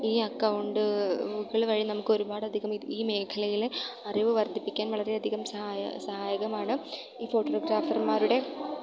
ഈ അക്കൗണ്ടുകൾ വഴി നമുക്ക് ഒരുപാട് അധികം ഈ മേഖലയിൽ അറിവ് വർദ്ധിപ്പിക്കാൻ വളരേയധികം സഹായം സഹായകമാണ് ഈ ഫോട്ടോഗ്രാഫർമാരുടെ